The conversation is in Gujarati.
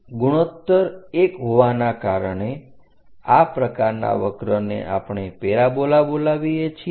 ગુણોત્તર 1 હોવાના કારણે આ પ્રકારના વક્રને આપણે પેરાબોલા બોલાવીએ છીએ